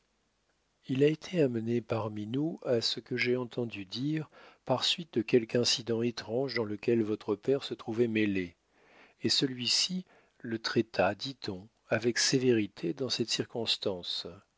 il a été amené parmi nous à ce que j'ai entendu dire par suite de quelque incident étrange dans lequel votre père se trouvait mêlé et celui-ci le traita dit-on avec sévérité dans cette circonstance